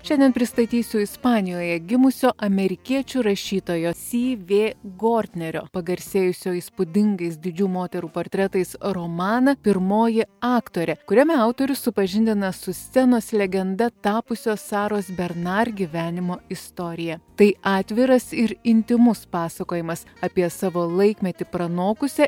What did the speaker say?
šiandien pristatysiu ispanijoje gimusio amerikiečių rašytojos sy vė gortnerio pagarsėjusio įspūdingais didžių moterų portretais romaną pirmoji aktorė kuriame autorius supažindina su scenos legenda tapusio saros bernar gyvenimo istorija tai atviras ir intymus pasakojimas apie savo laikmetį pranokusią